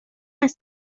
است